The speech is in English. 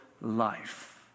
life